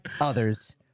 others